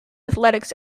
athletics